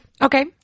Okay